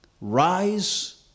rise